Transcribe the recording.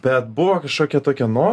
be buvo kašokia tokia no